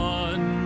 one